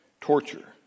torture